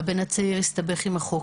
הבן הצעיר הסתבך עם החוק,